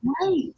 Right